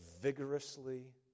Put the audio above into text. vigorously